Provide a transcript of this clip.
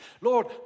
Lord